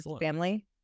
family